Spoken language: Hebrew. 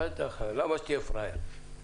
בטח, למה שתהיה פראייר?